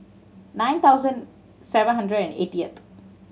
nine thousand seven hundred and eightieth